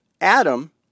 Adam